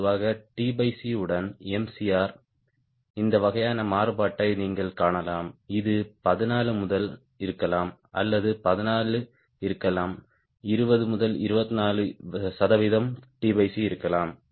பொதுவாக t c உடன் Mcr இந்த வகையான மாறுபாட்டை நீங்கள் காணலாம் இது 14 முதல் இருக்கலாம் அல்லது 14 இருக்கலாம் 20 முதல் 24 சதவிகிதம் இருக்கலாம்